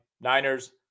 Niners